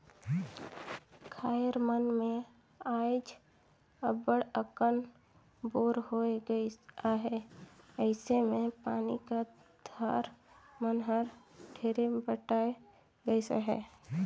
खाएर मन मे आएज अब्बड़ अकन बोर होए गइस अहे अइसे मे पानी का धार मन हर ढेरे बटाए गइस अहे